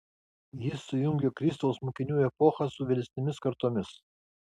jis sujungė kristaus mokinių epochą su vėlesnėmis kartomis